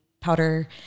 powder